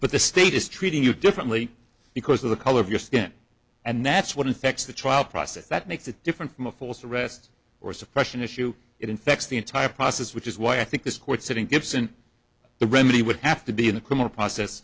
but the state is treating you differently because of the color of your skin and that's what affects the trial process that makes it different from a false arrest or suppression issue it infects the entire process which is why i think this court sitting gibson the remedy would have to be in a criminal process